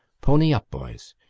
pony up, boys.